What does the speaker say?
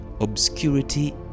obscurity